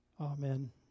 Amen